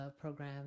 program